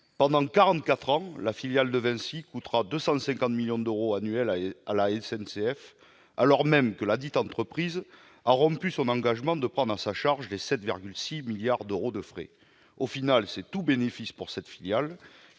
ans, la filiale de Vinci coûtera 250 millions d'euros par an à la SNCF, alors même que ladite entreprise a rompu son engagement de prendre à sa charge les 7,6 milliards d'euros de frais. Au final, c'est tout bénéfice pour cette filiale,